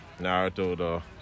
Naruto